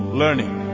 learning